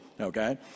okay